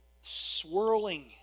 swirling